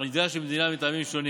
הנדרש למדינה מטעמים שונים,